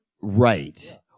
Right